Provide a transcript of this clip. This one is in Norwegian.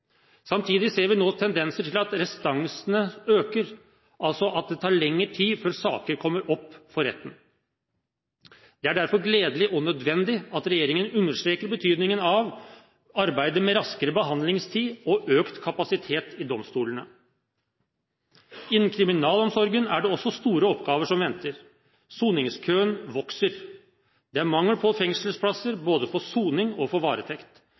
Samtidig ser vi nå tendenser til at restansene øker – at det tar lengre tid før saker kommer opp for retten. Det er derfor gledelig og nødvendig at regjeringen understreker betydningen av arbeidet med raskere behandlingstid og økt kapasitet i domstolene. Innen kriminalomsorgen er det også store oppgaver som venter. Soningskøen vokser. Det er mangel på fengselsplasser for både soning og varetekt.